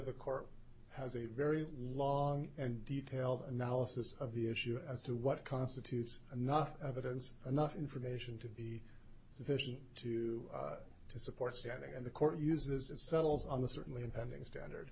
court has a very long and detailed analysis of the issue as to what constitutes enough evidence enough information to be sufficient to support standing in the court uses it settles on the certainly impending standard